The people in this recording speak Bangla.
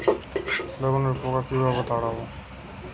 বেগুনের পোকা কিভাবে তাড়াব?